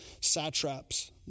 satraps